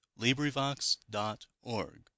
LibriVox.org